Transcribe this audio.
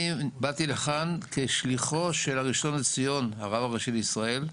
אני באתי לכאן כשליחו של הראשון לציון הרב הראשי לישראל,